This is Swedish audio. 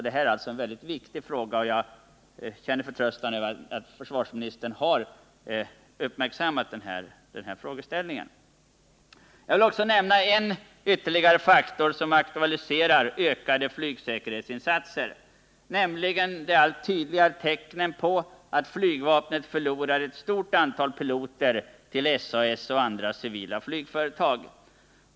Detta är alltså en mycket viktig frågeställning, och jag: känner tillfredsställelse över att försvarsministern har uppmärksammat den. Jag vill nämna ytterligare en faktor som aktualiserar ökade flygsäkerhetsinsatser, nämligen de allt tydligare tecknen på att flygvapnet förlorar ett stort antal piloter till SAS och andra civila flygföretag.